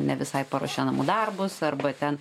ne visai paruošia namų darbus arba ten